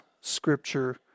scripture